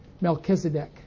Melchizedek